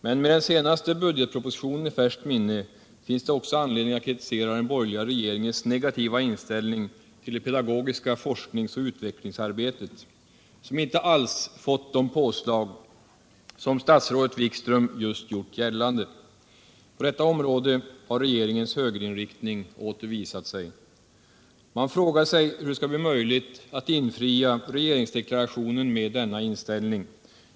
Men med den senaste budgetpropositionen i färskt minne finns det också anledning att kritisera den borgerliga regeringens negativa inställning till det pedagogiska forskningsoch utvecklingsarbetet, som inte alls fått det påslag som statsrådet Wikström just gjort gällande. På detta område har regeringens högerinriktning åter visat sig. Man frågar sig hur det skall bli möjligt att infria regeringsdeklarationen med denna inställning.